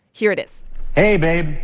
here it is hey, babe,